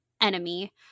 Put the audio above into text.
enemy